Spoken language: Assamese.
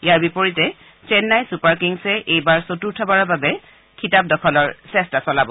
ইয়াৰ বিপৰীতে চেন্নাই ছুপাৰ কিংছে এইবাৰ চতুৰ্থবাৰৰ বাবে খিতাপ দখলৰ চেষ্টা চলাব